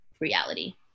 reality